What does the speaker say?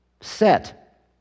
set